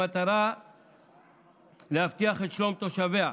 במטרה להבטיח את שלום תושביה,